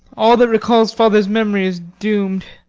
all that recalls father's memory is doomed.